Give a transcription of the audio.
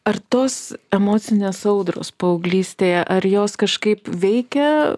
ar tos emocinės audros paauglystėje ar jos kažkaip veikia